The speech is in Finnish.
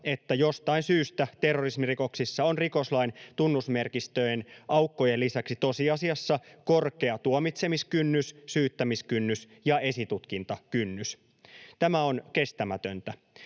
että jostain syystä terrorismirikoksissa on rikoslain tunnusmerkistöjen aukkojen lisäksi tosiasiassa korkea tuomitsemiskynnys, syyttämiskynnys ja esitutkintakynnys. Tämä on kestämätöntä.